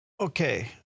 Okay